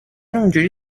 اونحوری